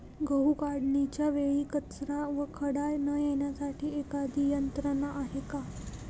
गहू काढणीच्या वेळी कचरा व खडा न येण्यासाठी एखादी यंत्रणा आहे का?